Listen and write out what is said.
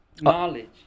knowledge